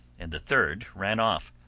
and the third ran off.